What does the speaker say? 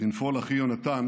בנפול אחי יהונתן